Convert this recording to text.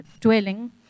dwelling